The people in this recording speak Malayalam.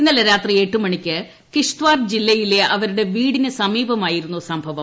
ഇന്നലെ രാത്രി എട്ടുമണിക്ക് കിഷ്ത്വാൾ ജില്ലയിലെ ഇവരുടെ വീടിന് സമീപമായിരുന്നു സംഭവം